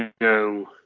No